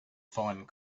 find